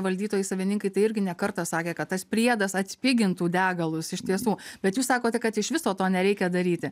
valdytojai savininkai tai irgi ne kartą sakė kad tas priedas atpigintų degalus iš tiesų bet jūs sakote kad iš viso to nereikia daryti